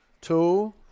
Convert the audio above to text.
two